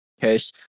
case